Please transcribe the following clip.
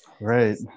right